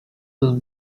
will